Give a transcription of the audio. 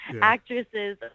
actresses